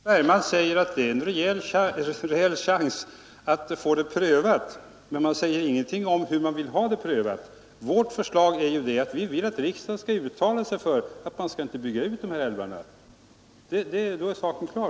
Herr talman! Herr Bergman framhåller att deras förslag innebär en rejäl chans till prövning. Men det säger ingenting om resultatet av en sådan prövning. Vårt förslag är att riksdagen skall uttala sig för att dessa älvar inte skall utbyggas. Då är saken klar.